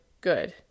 Good